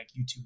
youtube